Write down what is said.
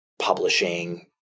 publishing